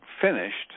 finished